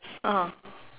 ah